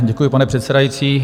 Děkuji, pane předsedající.